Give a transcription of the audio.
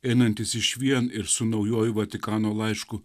einantis išvien ir su naujuoju vatikano laišku